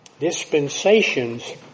dispensations